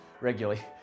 regularly